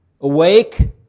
Awake